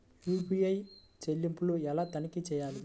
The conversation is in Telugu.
యూ.పీ.ఐ చెల్లింపులు ఎలా తనిఖీ చేయాలి?